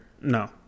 No